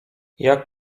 jak